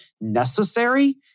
necessary